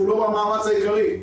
שהוא לא במאמץ העיקרי.